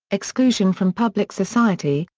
exclusion from public society,